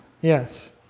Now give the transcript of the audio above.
Yes